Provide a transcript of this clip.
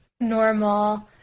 normal